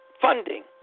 funding